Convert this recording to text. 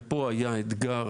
ופה היה אתגר